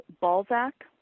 Balzac